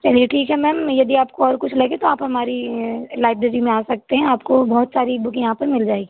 चलिए ठीक है मैम यदि आपको और कुछ लगे तो आप हमारी लाइब्रेरी में आ सकते हैं आपको बहुत सारी बूक यहाँ पर मिल जाएँगी